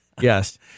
Yes